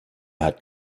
hat